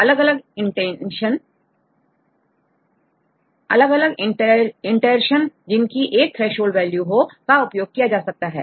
अलग अलग इन्टेरशन जिनकी एक थ्रेशहोल्ड वैल्यू हो का उपयोग किया जा सकता है